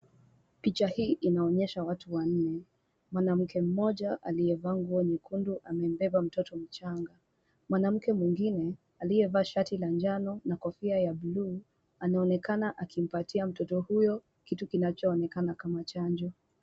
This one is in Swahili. Picha hii inaonyesha watu wanne. Mwanamke mmoja aliyevaa nguo nyekundu amembeba mtoto mchanga. Mwanamke mwingine aliyevaa shati la njano na kofia ya bluu anaonekana akimpatia mtoto huyo kitu kinachoonekana kama chanjo.